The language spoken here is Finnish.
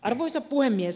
arvoisa puhemies